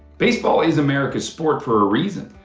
baseball is america's sport for a reason.